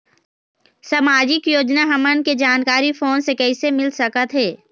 सामाजिक योजना हमन के जानकारी फोन से कइसे मिल सकत हे?